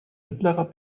mittlerer